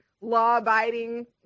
law-abiding